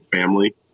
family